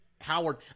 Howard